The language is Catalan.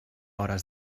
hores